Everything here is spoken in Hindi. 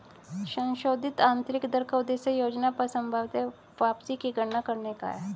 संशोधित आंतरिक दर का उद्देश्य योजना पर संभवत वापसी की गणना करने का है